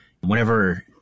Whenever